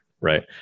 Right